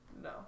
No